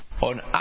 on